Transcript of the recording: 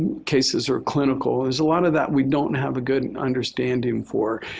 cases are clinical? there's a lot of that we don't have a good understanding for,